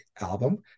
album